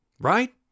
right